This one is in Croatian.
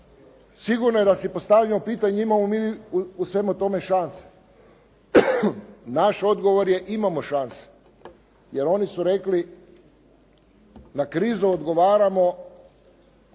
sigurno je da si postavljamo pitanje imamo li mi u svemu tome šanse? Naš odgovor je, imamo šanse. Jer oni su rekli na krizu odgovaramo